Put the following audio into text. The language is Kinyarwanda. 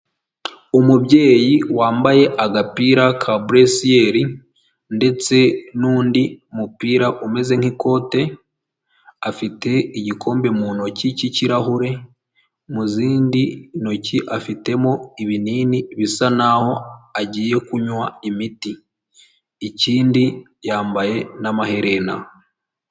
Umubyeyi wambaye agapira ka buresiyeri ndetse n'undi mupira umeze nk'ikote, afite igikombe mu ntoki cy'ikirahure, mu zindi ntoki afitemo ibinini bisa n'aho agiye kunywa imiti ikindi yambaye n'amaherena.